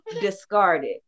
discarded